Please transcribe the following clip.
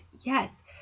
yes